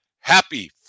happy